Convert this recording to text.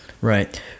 Right